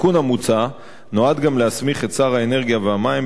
התיקון המוצע נועד גם להסמיך את שר האנרגיה והמים,